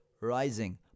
rising